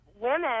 women